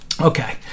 Okay